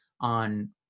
on